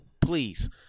please